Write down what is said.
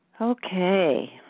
Okay